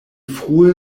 frue